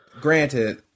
granted